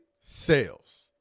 sales